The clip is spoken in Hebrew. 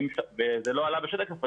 זה לא עלה בשקף,